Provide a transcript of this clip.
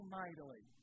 mightily